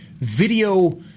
video